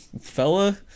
fella